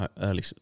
Early